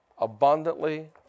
abundantly